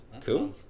cool